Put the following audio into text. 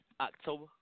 October